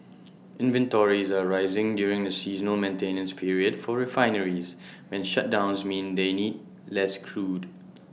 inventories are rising during the seasonal maintenance period for refineries when shutdowns mean they need less crude